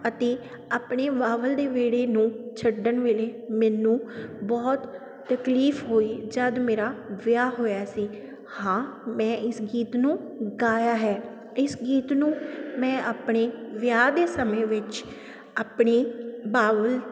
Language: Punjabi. ਅਤੇ ਆਪਣੇ ਬਾਬਲ ਦੇ ਵਿਹੜੇ ਨੂੰ ਛੱਡਣ ਵੇਲੇ ਮੈਨੂੰ ਬਹੁਤ ਤਕਲੀਫ ਹੋਈ ਜਦ ਮੇਰਾ ਵਿਆਹ ਹੋਇਆ ਸੀ ਹਾਂ ਮੈਂ ਇਸ ਗੀਤ ਨੂੰ ਗਾਇਆ ਹੈ ਇਸ ਗੀਤ ਨੂੰ ਮੈਂ ਆਪਣੇ ਵਿਆਹ ਦੇ ਸਮੇਂ ਵਿੱਚ ਆਪਣੇ ਬਾਬਲ